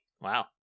wow